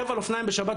זה הספורט שלנו.